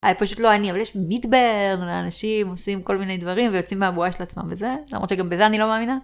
היה פשוט לא אני, אבל יש מידברן, ואנשים עושים כל מיני דברים ויוצאים מהבועה של עצמם וזה, למרות שגם בזה אני לא מאמינה.